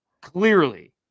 clearly